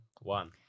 one